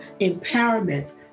empowerment